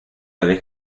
vez